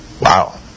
Wow